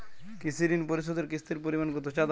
কৃষি ঋণ পরিশোধের কিস্তির পরিমাণ কতো?